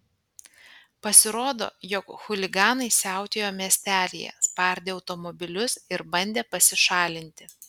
pasirodo jog chuliganai siautėjo miestelyje spardė automobilius ir bandė pasišalinti